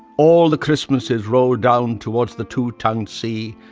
all the christmases roll down toward the two-tongued sea,